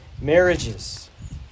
marriages